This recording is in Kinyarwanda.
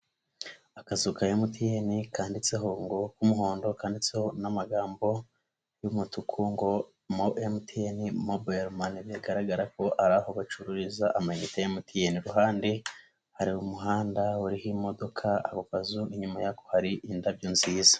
Akazu ka MTN kanditseho ngo k'umuhondo kanditseho n'amagambo y'umutuku ngo mo MTN Mobayilomani, bigaragara ko ari aho bacururiza amayinite ya MTN, iruhande hari umuhanda uriho imodoka, ako kazu inyuma yako hari indabyo nziza.